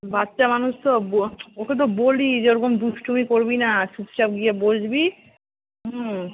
বাচ্চা মানুষ তো ওকে তো বলি যে ওরকম দুষ্টুমি করবি না চুপচাপ গিয়ে বসবি হুম